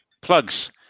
plugs